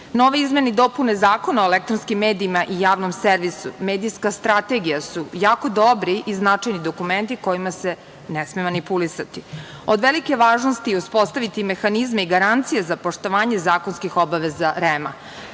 izmene i dopune Zakona o elektronskim i javnom servisu medijska strategija su jako dobri i značajni dokumenti kojima se ne sme manipulisati. Od velike je važnosti uspostaviti mehanizme i garancije za poštovanje zakonskih obaveza REM-a.